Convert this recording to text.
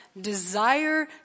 desire